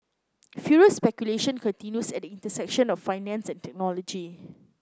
furious speculation continues at the intersection of finance and technology